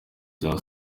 bya